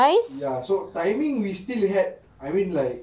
ya so timing we still had I mean like